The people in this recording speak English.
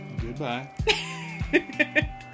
Goodbye